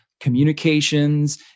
communications